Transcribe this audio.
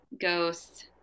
ghosts